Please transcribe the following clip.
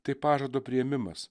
tai pažado priėmimas